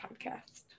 podcast